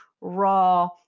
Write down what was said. raw